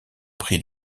prix